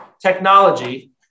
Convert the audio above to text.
technology